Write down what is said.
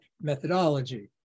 methodology